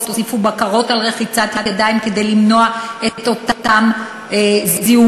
הוסיפו בקרות על רחיצת ידיים כדי למנוע את אותם זיהומים.